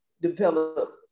develop